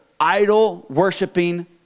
idol-worshiping